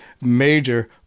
major